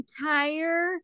Entire